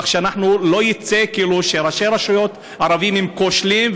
שלא יצא כאילו שראשי רשויות ערבים הם כושלים,